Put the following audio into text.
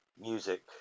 music